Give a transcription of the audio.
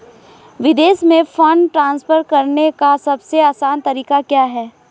विदेश में fund transfer करने का सबसे आसान तरीका क्या है?